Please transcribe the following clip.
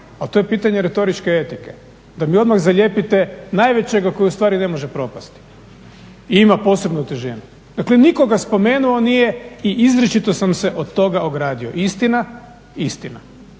to je pitanje retoričke etike. Da mi odmah zalijepite najvećega koji ustvari ne može propasti i ima posebnu težinu. Dakle, nitko ga spomenuo nije i izričito sam se od toga ogradio. Idemo se